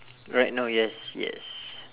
right now yes yes